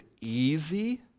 easy